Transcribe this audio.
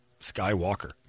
Skywalker